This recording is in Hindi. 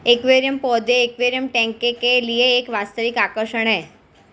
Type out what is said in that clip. एक्वेरियम पौधे एक्वेरियम टैंक के लिए एक वास्तविक आकर्षण है